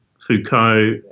Foucault